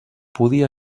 podia